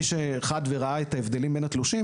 מי שחד וראה את ההבדלים בין התלושים